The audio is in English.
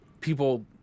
people